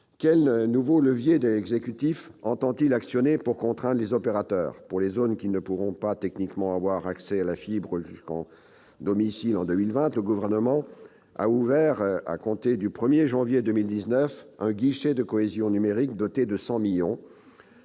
Quels nouveaux leviers l'exécutif entend-il actionner pour contraindre les opérateurs ? Pour les zones qui ne pourront pas techniquement avoir accès à la fibre jusqu'au domicile en 2020, le Gouvernement a ouvert, à compter du 1 janvier 2019, un guichet « cohésion numérique des territoires